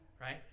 Right